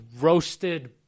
roasted